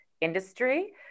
industry